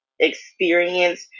experience